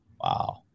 wow